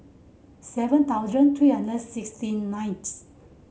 seven thousand three hundred and sixty ninth